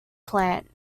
plant